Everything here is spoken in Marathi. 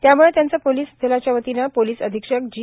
त्याम्ळं त्यांचा पोलीस दलाच्या वतीनं पोलीस अधीक्षक जी